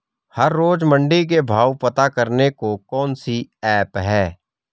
हर रोज़ मंडी के भाव पता करने को कौन सी ऐप है?